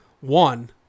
one